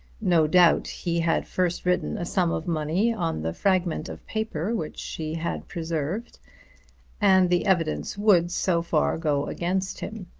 no doubt he had first written a sum of money on the fragment of paper which she had preserved and the evidence would so far go against him.